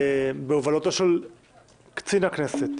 בהובלתו של קצין הכנסת,